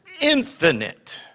infinite